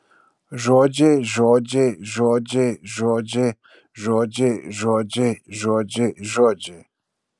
žodžiai žodžiai žodžiai žodžiai žodžiai žodžiai žodžiai žodžiai